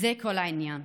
זה כל העניין,